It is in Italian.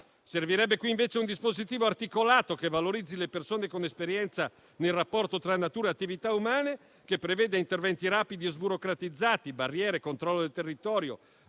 Servirebbe qui invece un dispositivo articolato che valorizzi le persone con esperienza nel rapporto tra natura e attività umane, che preveda interventi rapidi e sburocratizzati: barriere, controllo del territorio,